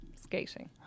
skating